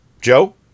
Joe